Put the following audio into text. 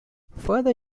further